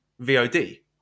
VOD